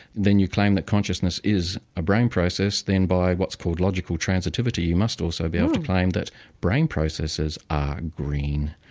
then you claim that consciousness is a brain process then by what's called logical transitivity you must also be able to claim that brain processes are green.